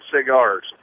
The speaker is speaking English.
cigars